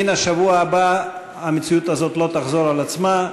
מהשבוע הבא המציאות הזאת לא תחזור על עצמה.